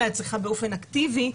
אלא היא צריכה באופן אקטיבי,